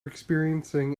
experiencing